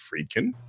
Friedkin